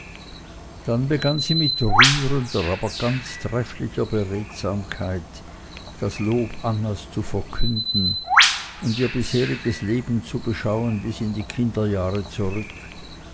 dann begann sie mit rührender aber ganz trefflicher beredsamkeit das lob annas zu verkünden und ihr bisheriges leben zu beschauen bis in die kinderjahre zurück